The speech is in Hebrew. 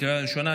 לקריאה ראשונה.